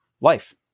life